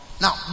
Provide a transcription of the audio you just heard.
Now